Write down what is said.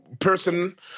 person